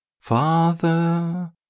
Father